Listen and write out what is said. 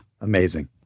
amazing